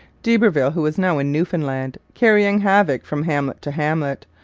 d'iberville, who was now in newfoundland, carrying havoc from hamlet to hamlet,